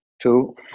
two